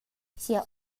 sia